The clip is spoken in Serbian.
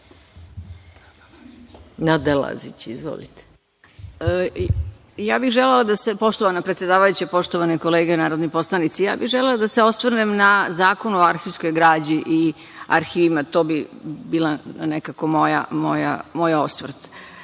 Nada Lazić. Izvolite. **Nada Lazić** Poštovana predsedavajuća, poštovane kolege narodni poslanici, ja bih želela da se osvrnem na Zakon o arhivskoj građi i arhivima. To bi bio nekako moja